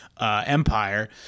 empire